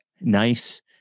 Nice